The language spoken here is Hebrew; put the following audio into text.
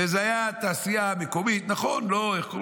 זו הייתה תעשייה מקומית שעבדה.